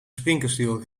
springkasteel